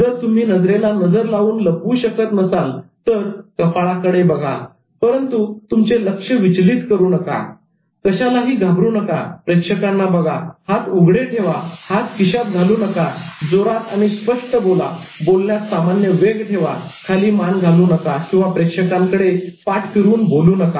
जर तुम्ही नजरेला नजर लावून पाहू शकत नसाल तर कपाळकडे बघा परंतु तुमचे लक्ष विचलित करू नका कशालाही धरू नका प्रेक्षकांना बघा हात उघडे ठेवा हात खिशात घालू नका जोरात आणि स्पष्ट बोला बोलण्यात सामान्य वेग ठेवा खाली मान घालून नका किंवा प्रेक्षकांकडे पाठ फिरवून बोलू नका